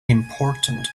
important